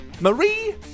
Marie